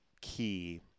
key